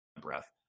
breath